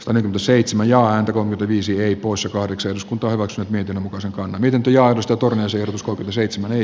toinen seitsemän ja antakoon viisi poissa kahdeksan iskun toivossa niiden mukaisen kanalintuja timo kallin ehdotus koko seitsemän ei